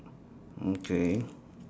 okay